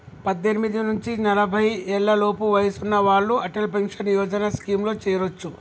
పద్దెనిమిది నుంచి నలభై ఏళ్లలోపు వయసున్న వాళ్ళు అటల్ పెన్షన్ యోజన స్కీమ్లో చేరొచ్చు